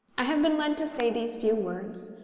i have been led to say these few words,